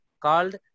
called